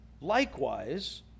Likewise